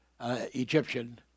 Egyptian